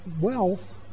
wealth